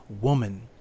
Woman